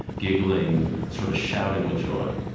giggling, sort of shouting with joy.